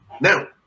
Now